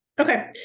Okay